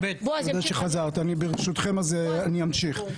תודה שחזרת, ברשותכם, אני אמשיך.